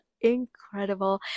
incredible